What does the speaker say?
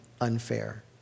unfair